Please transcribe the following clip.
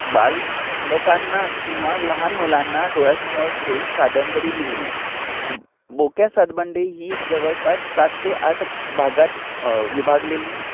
बालकांना किंवा लहान मुलांना डोळ्यासमोर ठेऊन कादंबरी लिहिली बोक्या सातबंडे ही जवळपास सात ते आठ भागात विभागलेली